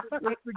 right